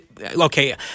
okay